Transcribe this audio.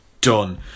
done